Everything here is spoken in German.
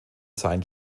sein